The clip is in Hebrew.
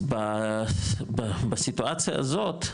אז בסיטואציה הזאת,